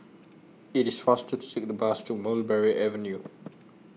IT IS faster to Take The Bus to Mulberry Avenue